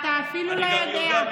אתה אפילו לא יודע,